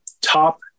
top